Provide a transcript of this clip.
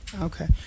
Okay